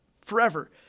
forever